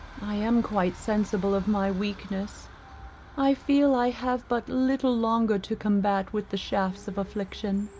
i am quite sensible of my weakness i feel i have but little longer to combat with the shafts of affliction.